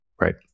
right